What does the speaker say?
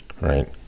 right